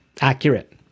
accurate